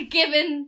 given